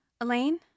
Elaine